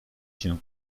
się